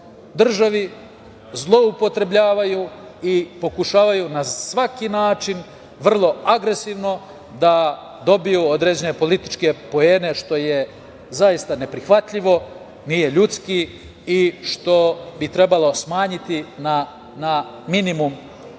državi zloupotrebljavaju i pokušavaju na svaki način vrlo agresivno da dobiju određene političke poene, što je zaista neprihvatljivo, nije ljudski i što bi trebalo smanjiti na minimum